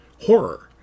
horror